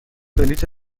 بلیت